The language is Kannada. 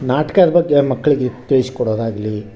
ನಾಟ್ಕದ ಬಗ್ಗೆ ಮಕ್ಕಳಿಗೆ ತಿಳಿಸ್ಕೊಡೋದಾಗ್ಲಿ